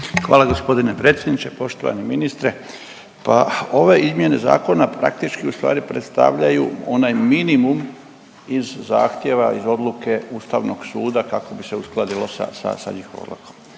Hvala g. predsjedniče, poštovani ministre. Pa ove izmjene zakona praktički ustvari predstavljaju onaj minimum iz zahtjeva, iz odluke Ustavnog suda kako bi se uskladilo sa njihovom odlukom.